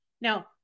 Now